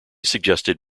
suggested